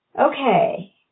okay